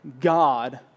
God